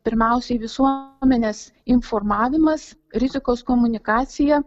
pirmiausiai visuomenės informavimas rizikos komunikacija